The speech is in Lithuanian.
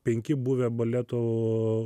penki buvę baleto